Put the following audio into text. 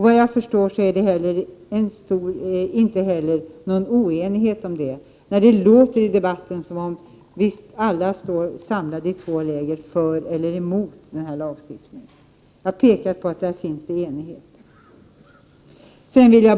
Vad jag förstår råder det inte heller någon oenighet om den saken, även om det i debatten låter som om vi befinner oss i två läger: för eller emot denna lagstiftning. Jag har pekat på att det här råder enighet.